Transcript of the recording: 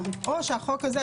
או החוק הזה,